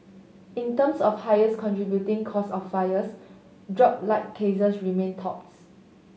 in terms of highest contributing cause of fires dropped light cases remained tops